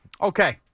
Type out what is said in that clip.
Okay